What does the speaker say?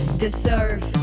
deserve